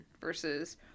versus